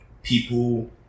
people